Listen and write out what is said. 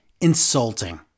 insulting